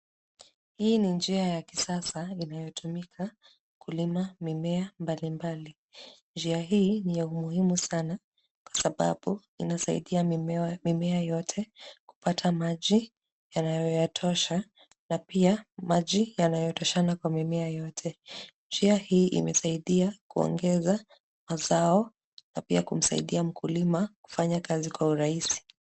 Hii ni njia ya kisasa inayotumika kulima mimea mbalimbali .Njia hii ni ya muhimu sana kwasababu inasaidia mimea yote kupata maji yanayoyatosha na pia maji yanayotoshana kwa mimea yote. Njia hii imesaidia kuongeza mazao na pia kumsaidia mkulima kufanya kazi kwa urahisi.